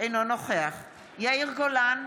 אינו נוכח יאיר גולן,